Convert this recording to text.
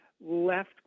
left